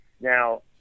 Now